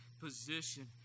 position